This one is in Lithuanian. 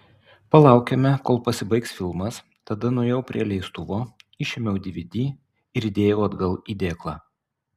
palaukėme kol pasibaigs filmas tada nuėjau prie leistuvo išėmiau dvd ir įdėjau atgal į dėklą